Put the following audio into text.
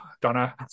donna